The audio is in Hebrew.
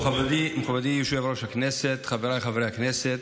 מכובדי יושב-ראש הישיבה, חבריי חברי הכנסת,